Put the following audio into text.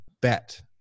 bet